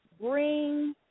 bring